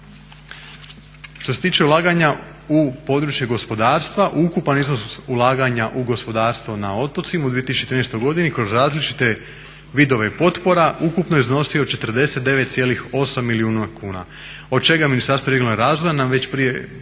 Što se tiče ulaganja u područje gospodarstva, ukupan iznos ulaganja u gospodarstvo na otocima u 2013. godini kroz različite vidove potpora ukupno je iznosio 49,8 milijuna kuna. Od čega Ministarstvo regionalnog razvoja na već prije